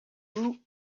woot